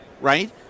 right